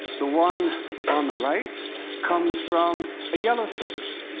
the one on the right comes from a yellow surface,